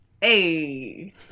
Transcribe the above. Hey